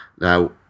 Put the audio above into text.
now